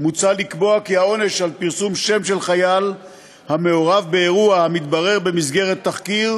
מוצע לקבוע כי על פרסום שם של חייל המעורב באירוע המתברר במסגרת תחקיר,